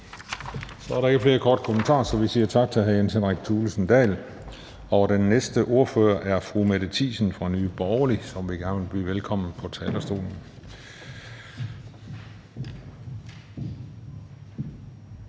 Så er der ikke flere korte bemærkninger, så vi siger tak til hr. Jens Henrik Thulesen Dahl. Den næste ordfører er fru Mette Thiesen fra Nye Borgerlige, som jeg gerne vil byde velkommen til på talerstolen.